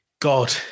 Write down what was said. god